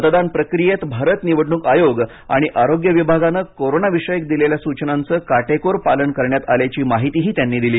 मतदान प्रक्रियेत भारत निवडणूक आयोग आणि आरोग्य विभागाने कोरोना विषयक दिलेल्या सूचनांचं काटेकोर पालन करण्यात आल्याची माहितीही त्यांनी दिली